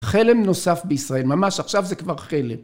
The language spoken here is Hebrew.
חלם נוסף בישראל, ממש עכשיו זה כבר חלם.